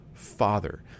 father